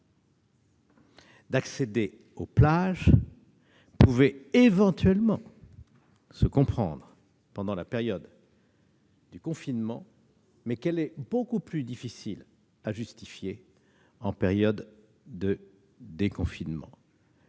d'accéder aux plages pouvait éventuellement se comprendre pendant la période du confinement, elle est beaucoup plus difficile à justifier en période de déconfinement.